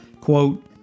Quote